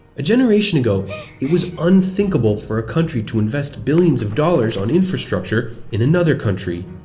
a generation ago it was unthinkable for a country to invest billions of dollars on infrastructure in another country,